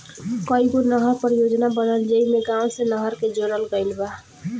कईगो नहर परियोजना बनल जेइमे गाँव से नहर के जोड़ल गईल बा